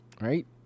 right